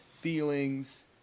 feelings